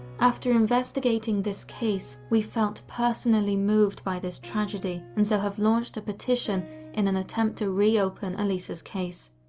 after investigating this case, we felt personally moved by this tragedy and so have launched a petition in an attempt to reopen elisa's case.